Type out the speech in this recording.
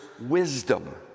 wisdom